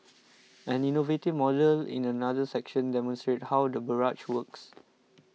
an innovative model in another section demonstrates how the barrage works